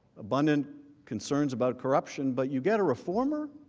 abundant concerns about corruption but you get a reformer?